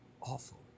awful